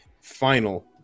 final